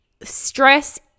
stress